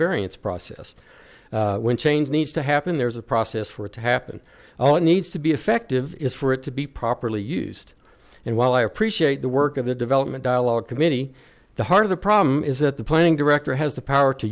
variance process when change needs to happen there's a process for it to happen all it needs to be effective is for it to be properly used and while i appreciate the work of the development dialogue committee the heart of the problem is that the playing director has the power to